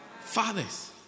fathers